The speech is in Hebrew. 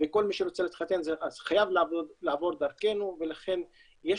וכל מי שרוצה להתחתן חייב לעבור דרכנו ולכן יש